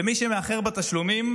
ומי שמאחר בתשלומים,